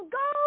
go